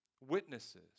Witnesses